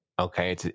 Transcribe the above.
Okay